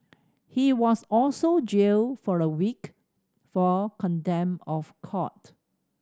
he was also jailed for a week for contempt of court